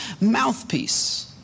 mouthpiece